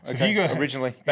originally